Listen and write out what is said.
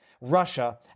Russia